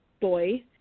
boy